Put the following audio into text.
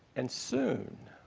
and soon,